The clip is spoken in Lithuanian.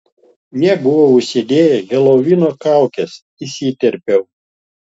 jie buvo užsidėję helovino kaukes įsiterpiau